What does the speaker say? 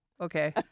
Okay